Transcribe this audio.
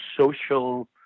social